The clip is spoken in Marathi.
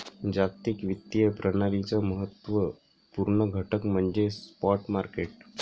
जागतिक वित्तीय प्रणालीचा महत्त्व पूर्ण घटक म्हणजे स्पॉट मार्केट